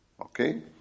Okay